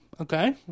Okay